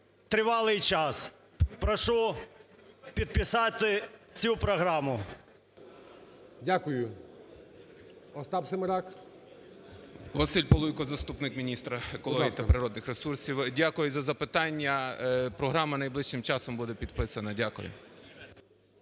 тривалий час. Прошу підписати цю програму. ГОЛОВУЮЧИЙ. Дякую. Остап Семерак. 10:36:22 ПОЛУЙКО В.Ю. Василь Полуйко, заступник міністра екології та природних ресурсів. Дякую за запитання. Програма найближчим часом буде підписана. Дякую.